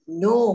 no